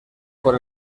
por